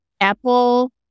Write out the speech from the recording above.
Apple